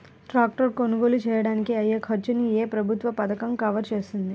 Tractor కొనుగోలు చేయడానికి అయ్యే ఖర్చును ఏ ప్రభుత్వ పథకం కవర్ చేస్తుంది?